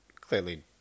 clearly